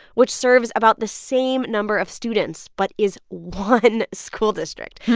which serves about the same number of students but is one school district.